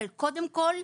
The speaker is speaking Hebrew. אבל קודם כל,